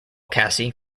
cassie